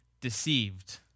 deceived